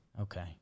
Okay